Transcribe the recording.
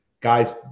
guys